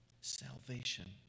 salvation